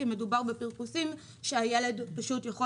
כי מדובר בפרכוסים שהילד פשוט יכול